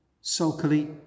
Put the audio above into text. Sulkily